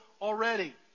Already